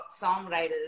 songwriters